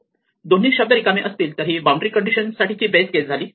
दोन्ही शब्द रिकामे असतील तर ही बाउंड्री कंडिशन साठीची बेस केस झाली